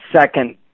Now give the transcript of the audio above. second